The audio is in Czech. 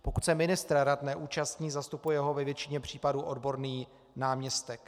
Pokud se ministr rad neúčastní, zastupuje ho ve většině případů odborný náměstek.